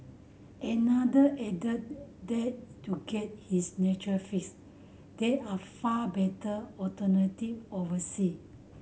another added that to get his nature fix there are far better alternative oversea